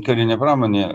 karinė pramonė